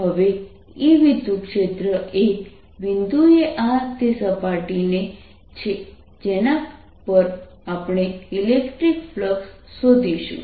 હવે E વિદ્યુતક્ષેત્ર એ બિંદુએ આ તે સપાટી છે જેના પર આપણે ઇલેક્ટ્રિક ફ્લક્સ શોધીશું